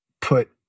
put